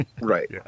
Right